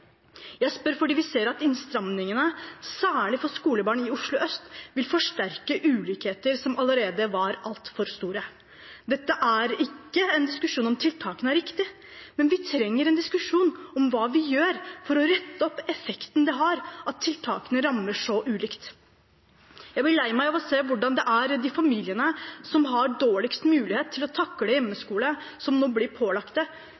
Jeg spør fordi vi ser at innstrammingene, særlig for skolebarn i Oslo øst, vil forsterke ulikheter som allerede er altfor store. Dette er ikke en diskusjon om tiltakene er riktige, men vi trenger en diskusjon om hva vi gjør for å rette opp effekten det har at tiltakene rammer så ulikt. Jeg blir lei meg av å se hvordan det er i de familiene som har dårligst mulighet til å takle hjemmeskole, og som nå blir pålagt det